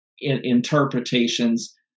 interpretations